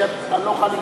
כי אני לא אוכל,